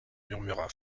murmura